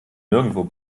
nirgendwo